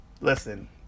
Listen